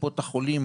קופות החולים,